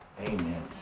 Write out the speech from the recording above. amen